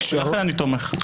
לכן אני תומך.